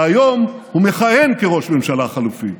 והיום הוא מכהן כראש ממשלה חלופי.